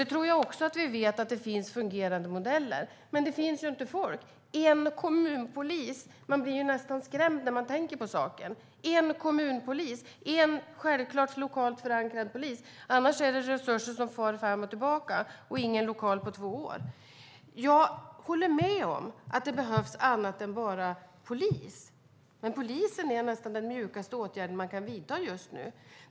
Det finns fungerade modeller; det tror jag att vi vet. Men det finns ju inte folk. En kommunpolis - man blir ju nästan skrämd när man tänker på det. En kommunpolis, en självklart lokalt förankrad polis. Annars är det resurser som far fram och tillbaka och ingen lokal på två år. Jag håller med om att det behövs annat än bara polis. Men polisen är nästan den mjukaste åtgärden man kan vidta just nu.